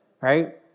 right